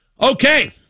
Okay